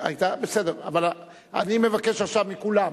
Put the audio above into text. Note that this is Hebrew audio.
אני מבקש עכשיו מכולם,